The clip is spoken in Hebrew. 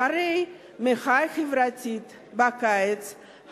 אחרי המחאה החברתית בקיץ,